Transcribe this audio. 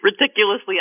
ridiculously